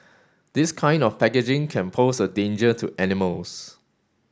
this kind of packaging can pose a danger to animals